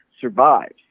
survives